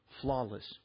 flawless